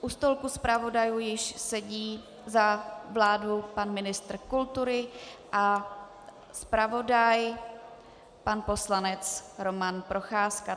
U stolku zpravodajů již sedí za vládu pan ministr kultury a zpravodaj pan poslanec Roman Procházka.